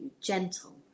gentle